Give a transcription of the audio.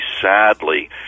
sadly